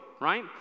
right